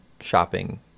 shopping